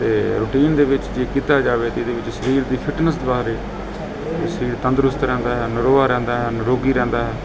ਅਤੇ ਰੂਟੀਨ ਦੇ ਵਿੱਚ ਜੇ ਕੀਤਾ ਜਾਵੇ ਤਾਂ ਇਹਦੇ ਵਿੱਚ ਸਰੀਰ ਦੀ ਫਿਟਨੈਸ ਦੁਆਰਾ ਸਰੀਰ ਤੰਦਰੁਸਤ ਰਹਿੰਦਾ ਹੈ ਨਰੋਆ ਰਹਿੰਦਾ ਹੈ ਨਿਰੋਗੀ ਰਹਿੰਦਾ ਹੈ